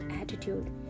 attitude